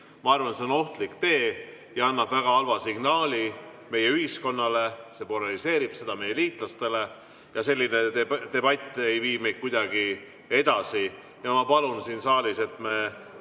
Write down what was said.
Ma arvan, et see on ohtlik tee ja annab väga halva signaali meie ühiskonnale, see polariseerib seda, ja meie liitlastele. Selline debatt ei vii meid kuidagi edasi. Palun siin saalis, et meie